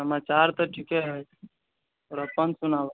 समाचार तऽ ठीके अइ और अप्पन सुनाबऽ